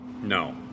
No